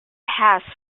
paths